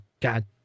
God